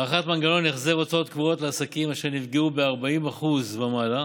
הארכת מנגנון החזר הוצאות קבועות לעסקים אשר נפגעו ב-40% ומעלה,